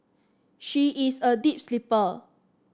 she is a deep sleeper